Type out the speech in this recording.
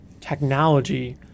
technology